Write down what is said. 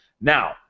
Now